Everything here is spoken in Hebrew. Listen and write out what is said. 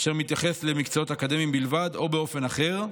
אשר מתייחס למקצועות אקדמיים בלבד, או באופן אחר.